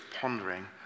pondering